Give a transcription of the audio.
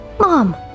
Mom